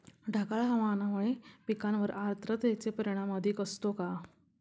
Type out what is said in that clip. ढगाळ हवामानामुळे पिकांवर आर्द्रतेचे परिणाम अधिक असतो का?